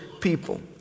people